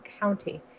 County